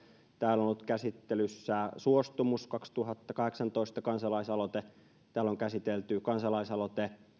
täällä on ollut käsittelyssä suostumus kaksituhattakahdeksantoista kansalaisaloite ja täällä on käsitelty kansalaisaloite